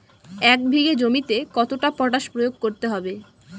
এক বিঘে জমিতে কতটা পটাশ প্রয়োগ করতে হবে?